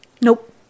Nope